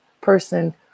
person